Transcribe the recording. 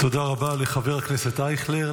תודה רבה לחבר הכנסת אייכלר.